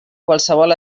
qualsevol